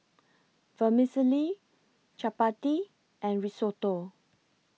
Vermicelli Chapati and Risotto